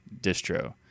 distro